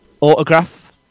autograph